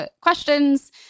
questions